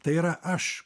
tai yra aš